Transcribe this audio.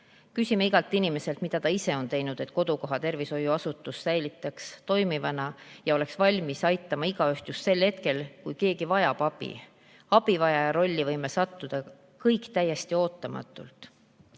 Küsime igalt inimeselt, mida ta ise on teinud, et kodukoha tervishoiuasutus säilitaks toimivuse ja oleks valmis aitama igaühte just sel hetkel, kui keegi abi vajab? Abivajaja rolli võime sattuda kõik täiesti ootamatul